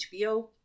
HBO